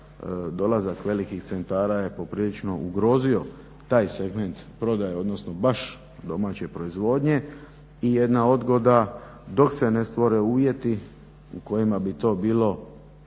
dolazak velikih centara je poprilično ugrozio taj segment prodaje odnosno baš domaće proizvodnje. I jedna odgoda dok se ne stvore uvjeti u kojima bi to bilo